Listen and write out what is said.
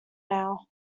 now